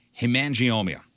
hemangioma